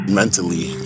mentally